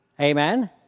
Amen